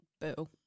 Boo